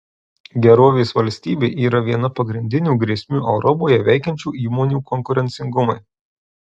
gerovės valstybė yra viena pagrindinių grėsmių europoje veikiančių įmonių konkurencingumui